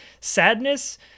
Sadness